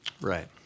Right